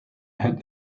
had